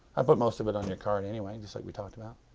i put most of it on your card anyway, just like we talked about.